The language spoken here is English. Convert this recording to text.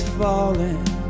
falling